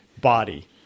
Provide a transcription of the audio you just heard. body